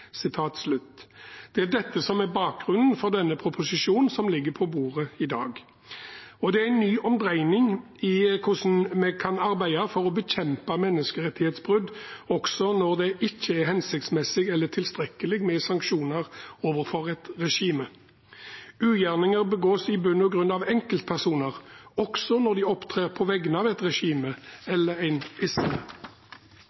Det er dette som er bakgrunnen for denne proposisjonen som ligger på bordet i dag, og det er en ny dreining i hvordan vi kan arbeide for å bekjempe menneskerettighetsbrudd, også når det ikke er hensiktsmessig eller tilstrekkelig med sanksjoner overfor et regime. Ugjerninger begås i bunn og grunn av enkeltpersoner, også når de opptrer på vegne av et regime